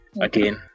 Again